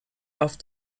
auf